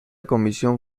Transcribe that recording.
comisión